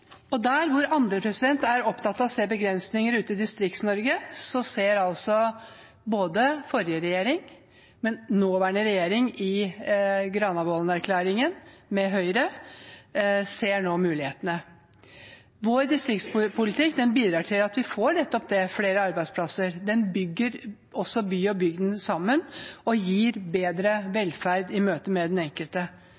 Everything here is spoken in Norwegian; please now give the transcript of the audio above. færre. Der hvor andre er opptatt av å se begrensninger ute i Distrikts-Norge, så ser både forrige regjering og nåværende regjering – i Granavolden-erklæringen, med Høyre – nå mulighetene. Vår distriktspolitikk bidrar til at vi får nettopp flere arbeidsplasser, den bygger også by og bygd sammen og gir bedre